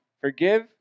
Forgive